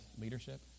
leadership